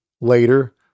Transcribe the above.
later